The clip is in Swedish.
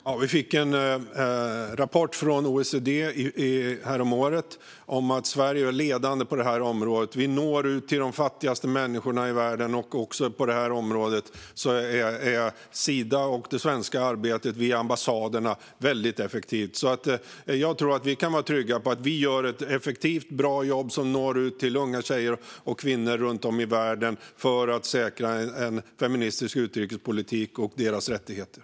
Fru talman! Vi fick en rapport från OECD häromåret om att Sverige är ledande på det här området. Vi når ut till de fattigaste människorna i världen. Också på det här området är Sida och det svenska arbetet via ambassaderna väldigt effektivt. Jag tror att vi kan vara trygga med att vi gör ett effektivt och bra jobb som når ut till unga tjejer och kvinnor runt om i världen för att säkra deras rättigheter och en feministisk utrikespolitik.